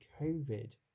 COVID